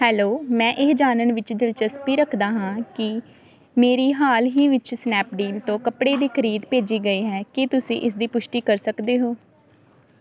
hello ਮੈਂ ਇਹ ਜਾਣਨ ਵਿੱਚ ਦਿਲਚਸਪੀ ਰੱਖਦਾ ਹਾਂ ਕੀ ਮੇਰੀ ਹਾਲ ਹੀ ਵਿੱਚ ਸਨੈਪਡੀਲ ਤੋਂ ਕੱਪੜੇ ਦੀ ਖਰੀਦ ਭੇਜੀ ਗਈ ਹੈ ਕੀ ਤੁਸੀਂ ਇਸ ਦੀ ਪੁਸ਼ਟੀ ਕਰ ਸਕਦੇ ਹੋ